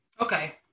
okay